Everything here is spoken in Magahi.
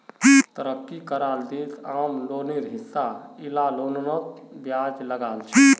तरक्की कराल देश आम लोनेर हिसा इला लोनतों ब्याज लगाछेक